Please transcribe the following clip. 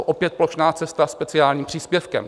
Opět plošná cesta speciálním příspěvkem.